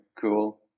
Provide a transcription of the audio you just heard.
Cool